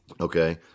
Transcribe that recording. Okay